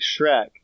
Shrek